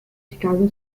chicago